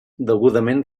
degudament